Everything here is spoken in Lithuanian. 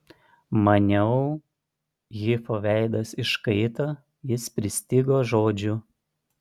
maniau hifo veidas iškaito jis pristigo žodžių